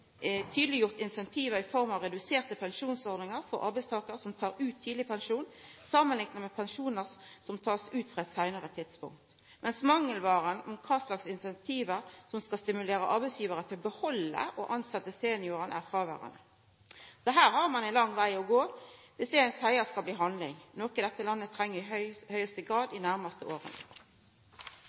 tydeleggjort incentiv i form av reduserte pensjonsordningar for arbeidstakarar som tek ut tidlegpensjon samanlikna med pensjonar som blir tekne ut på eit seinare tidspunkt – mens incentiv som skal stimulera arbeidsgivar til å behalda, og tilsetja, seniorar, er fråverande. Så ein har ein lang veg å gå dersom det ein seier, skal bli handling – noko dette landet i høgste grad treng dei nærmaste åra.